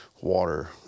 water